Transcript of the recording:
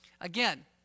Again